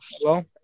Hello